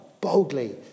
boldly